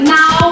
now